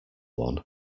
one